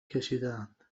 کشیدهاند